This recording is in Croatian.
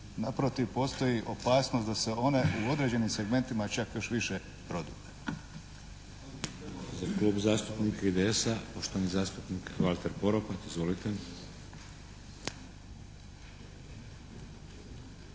Naprotiv postoji opasnost da se one u određenim segmentima čak još više prodube.